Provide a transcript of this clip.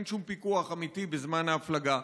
אין שום פיקוח אמיתי בזמן ההפלגה.